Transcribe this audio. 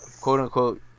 quote-unquote